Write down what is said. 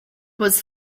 was